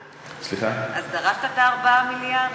אז דרשת את 4 המיליארד